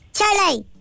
Charlie